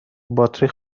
باتری